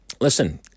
listen